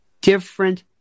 different